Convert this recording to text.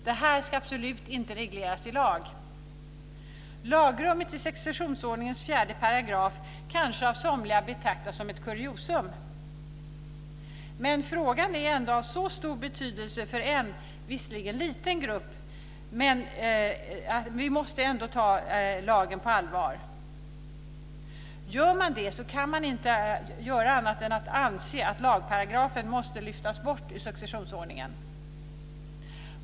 Detta ska absolut inte regleras i lag. Lagrummet i successionsordningens 4 § betraktas kanske av somliga som ett kuriosum, men frågan är ändå av så stor betydelse för en visserligen liten grupp att vi måste ta lagen på allvar. Gör man det kan man inte göra annat än att anse att lagparagrafen måste lyftas bort ur successionsordningen.